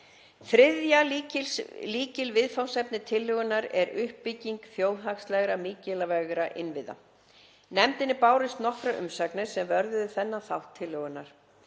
Þriðja lykilviðfangsefni tillögunnar er uppbygging þjóðhagslega mikilvægra innviða. Nefndinni bárust nokkrar umsagnir sem vörðuðu þennan þátt tillögunnar.